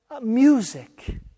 music